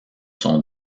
sont